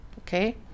Okay